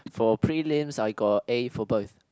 for prelims I got A for both